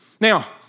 Now